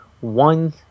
one